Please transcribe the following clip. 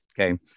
okay